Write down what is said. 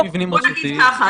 בוא נגיד ככה,